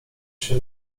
się